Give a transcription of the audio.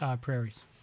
prairies